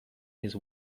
his